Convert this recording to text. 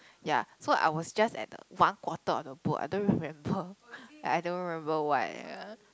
ya so I was just at the one quarter of the book I don't remember like I don't remember what uh